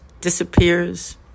disappears